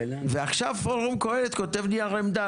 ועכשיו פורום קהלת כותב נייר עמדה,